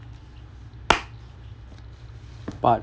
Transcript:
part